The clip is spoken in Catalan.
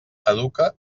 educa